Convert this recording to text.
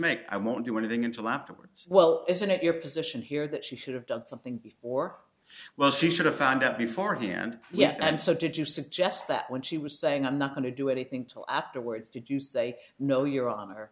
make i won't do anything until afterwards well isn't it your position here that she should have done something or well she should have found out before him and yet and so did you suggest that when she was saying i'm not going to do anything till afterwards did you say no